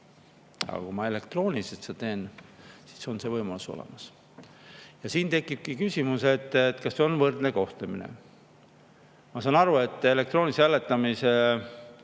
Aga kui ma elektrooniliselt seda teen, siis on see võimalus olemas. Siin tekibki küsimus, kas see on võrdne kohtlemine. Ma saan aru, et elektroonilise hääletamise